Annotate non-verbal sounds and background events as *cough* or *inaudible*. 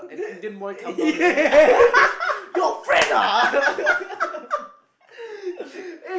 the yeah *laughs*